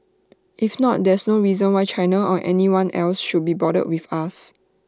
if not there's no reason why China or anyone else should be bothered with us